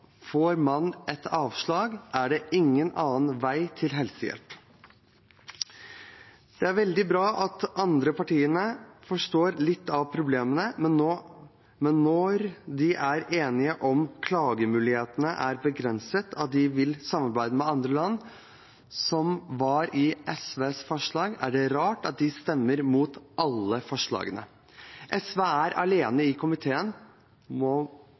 Får man et avslag, er det ingen annen vei til helsehjelp. Det er veldig bra at de andre partiene forstår litt av problemene. Men når de er enig i at klagemulighetene er begrenset, og at de vil samarbeide med andre land, som var en del av SVs representantforslag, er det rart at de stemmer mot alle forslagene. SV er alene i komiteen